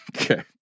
Okay